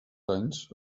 anys